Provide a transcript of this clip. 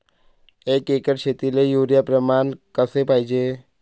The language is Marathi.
एक एकर शेतीले युरिया प्रमान कसे पाहिजे?